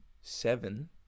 seven